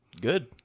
Good